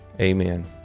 amen